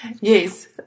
Yes